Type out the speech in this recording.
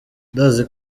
ndazi